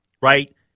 right